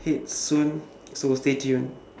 hit soon so stay tuned